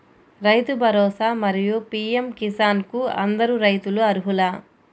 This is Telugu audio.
రైతు భరోసా, మరియు పీ.ఎం కిసాన్ కు అందరు రైతులు అర్హులా?